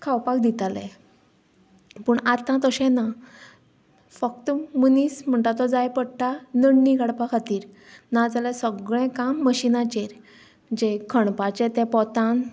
खावपाक दिताले पूण आतां तशें ना फक्त मनीस म्हणटा तो जाय पडटा नडणी काडपा खातीर नाजाल्यार सगळें काम मशिनाचेर जें खणपाचें तें पोतान